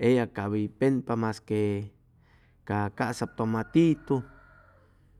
eya cap hʉy penpa masque a casap tomatitu